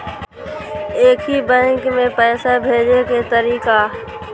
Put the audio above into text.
एक ही बैंक मे पैसा भेजे के तरीका?